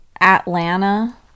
Atlanta